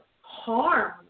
harm